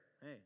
Hey